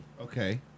Okay